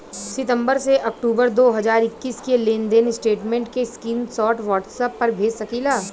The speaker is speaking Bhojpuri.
सितंबर से अक्टूबर दो हज़ार इक्कीस के लेनदेन स्टेटमेंट के स्क्रीनशाट व्हाट्सएप पर भेज सकीला?